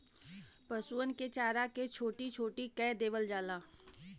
पसुअन क चारा के छोट्टी छोट्टी कै देवल जाला